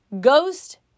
ghost